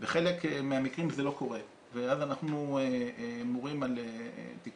בחלק מהמקרים זה לא קורה ואז אנחנו מורים על תיקון